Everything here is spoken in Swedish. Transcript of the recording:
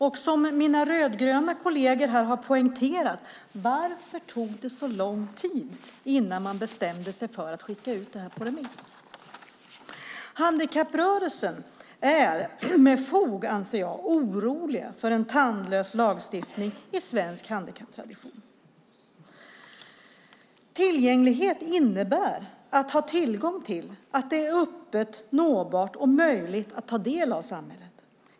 Och som mina rödgröna kolleger här har frågat: Varför tog det så lång tid innan man bestämde sig för att skicka ut utredningen på remiss? Handikapprörelsen är med fog, anser jag, orolig för en tandlös lagstiftning enligt svensk handikapptradition. Tillgänglighet innebär att ha tillgång till, att det är öppet, nåbart och möjligt att ta del av samhället.